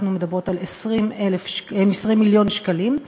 אנחנו מדברות על 20 מיליון שקלים.